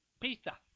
Pizza